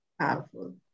powerful